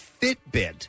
Fitbit